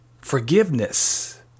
forgiveness